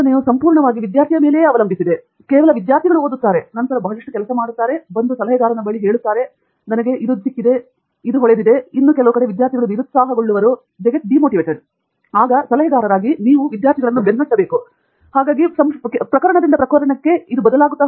professor Thangaraj ಮತ್ತು ಇದು ಸಂಪೂರ್ಣವಾಗಿ ವಿದ್ಯಾರ್ಥಿ ಮೇಲೆ ಅವಲಂಬಿಸಿದೆ ಕೇವಲ ವಿದ್ಯಾರ್ಥಿಗಳು ಹೋಗಿ ಓದುತ್ತಾರೆ ಎಡ ಬಲ ಸೆಂಟರ್ ಮತ್ತು ನಂತರ ಬಹಳಷ್ಟು ಕೆಲಸ ಮಾಡಿ ಸಲಹೆಗಾರನ ಬಳಿ ಬಂದು ಹೇಳುತ್ತಾರೆ ನನಗೆ ಇದು ಸಿಕ್ಕಿದೆ ನನಗೆ ಇದು ಸಿಕ್ಕಿದೆ ನನಗೆ ಇದು ಸಿಕ್ಕಿದೆ ಇನ್ನು ಕೆಲವು ಕಡೆ ವಿದ್ಯಾರ್ಥಿಗಳು ನಿರುತ್ಸಾಹಗೊಳ್ಳುವರು ಮತ್ತು ನಂತರ ನೀವು ಅವರನ್ನು ಬೆನ್ನಟ್ಟಿ ಹಾಕಬೇಕು ಇದು ಪ್ರಕರಣದಿಂದ ಪ್ರಕರಣಕ್ಕೆ ಬದಲಾಗುತ್ತದೆ